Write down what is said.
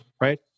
right